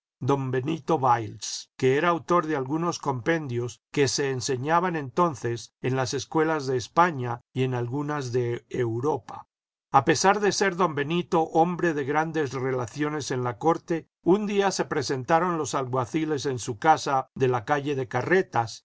don benito bails que era autor de algunos compendios que se enseñaban entonces en las escuelas de españa y en algunas de europa a pesar de ser don benito hombre de grandes relaciones en la corte un día se presentaron los alguaciles en su casa de la calle de carretas